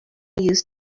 use